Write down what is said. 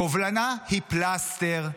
קובלנה היא פלסטר,